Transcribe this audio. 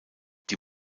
die